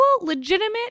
legitimate